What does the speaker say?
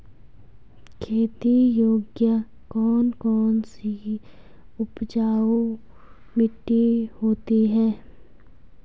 खेती योग्य कौन कौन सी उपजाऊ मिट्टी होती है?